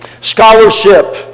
scholarship